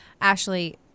Ashley